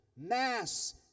mass